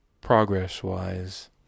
progress-wise